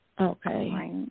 Okay